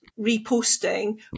reposting